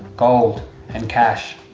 gold and cash.